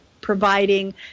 providing